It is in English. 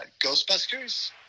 Ghostbusters